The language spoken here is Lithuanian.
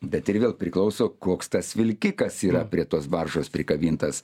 bet ir vėl priklauso koks tas vilkikas yra prie tos baržos prikabintas